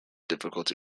difficulty